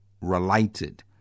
related